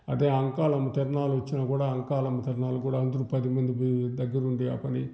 అట్టే అంకాలమ్మ తిరణాలు వచ్చినా కూడా అంకాలమ్మ తిరణాలు కూడా అందరు పది మంది పోయి దగ్గర ఉండి ఆ పని